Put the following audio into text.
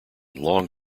long